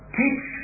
teach